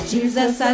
Jesus